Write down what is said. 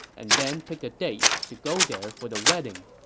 and then pick a date to go there for the wedding.